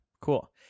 cool